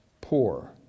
poor